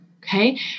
Okay